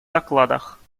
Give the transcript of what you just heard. докладах